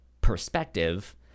perspective